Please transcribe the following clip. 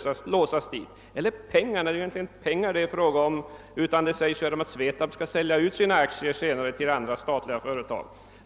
skall låsas till dessa områden? Egentligen är det här inte fråga om pengar, utan SVETAB skall ju sälja sina aktier till andra statliga företag.